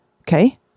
okay